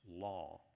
law